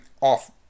off